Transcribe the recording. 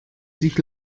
sich